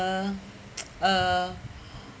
uh uh